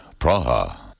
Praha